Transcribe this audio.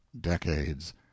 decades